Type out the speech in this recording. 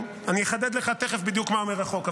אני אחדד לך תכף בדיוק מה אומר החוק,